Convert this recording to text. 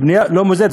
בנייה לא מוסדרת,